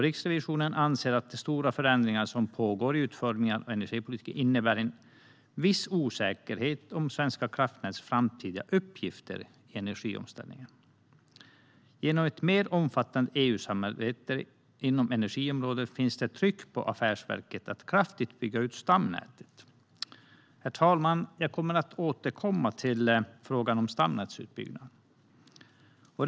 Riksrevisionen anser att de stora förändringar som pågår i utformningen av energipolitiken innebär en viss osäkerhet om Svenska kraftnäts framtida uppgifter i energiomställningen. Genom ett mer omfattande EU-samarbete inom energiområdet finns ett tryck på affärsverket att kraftigt bygga ut stamnätet. Jag kommer att återkomma senare till frågan om stamnätsutbyggnad, herr talman.